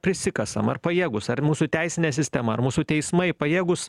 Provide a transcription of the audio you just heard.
prisikasam ar pajėgūs ar mūsų teisinė sistema ar mūsų teismai pajėgūs